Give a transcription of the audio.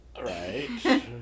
right